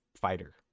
fighter